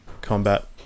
combat